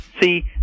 See